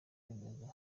remezo